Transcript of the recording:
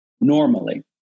normally